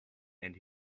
and